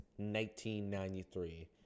1993